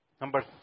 number